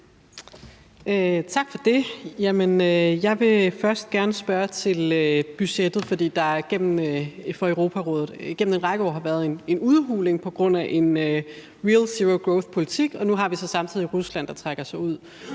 Tak for det. Jeg vil først gerne spørge til budgettet for Europarådet, fordi der gennem en række år har været en udhuling på grund af en real zero growth-politik, og nu har vi så samtidig Rusland, der trækker sig ud.